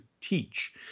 teach